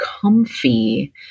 comfy